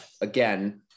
again